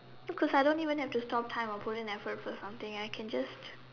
cause I don't even have to stomp time or put in effort for something I could just